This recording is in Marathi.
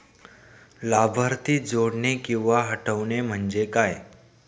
लाभार्थी जोडणे किंवा हटवणे, म्हणजे काय?